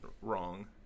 wrong